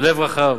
בלב רחב,